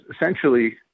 essentially